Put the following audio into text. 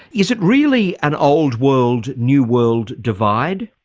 is it really an old world, new world, divide?